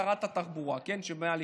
שרת התחבורה מהליכוד,